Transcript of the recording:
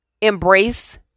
embrace